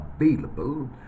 available